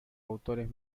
autores